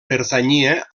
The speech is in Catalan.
pertanyia